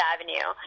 Avenue